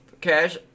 Cash